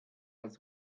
als